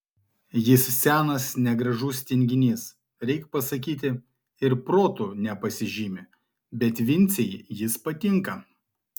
jis senas negražus tinginys reik pasakyti ir protu nepasižymi bet vincei jis patinka